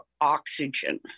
oxygen